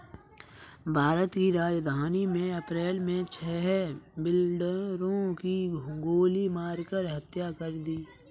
भारत की राजधानी में अप्रैल मे छह बिल्डरों की गोली मारकर हत्या कर दी है